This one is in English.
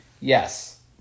Yes